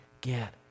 get